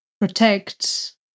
protect